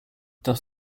does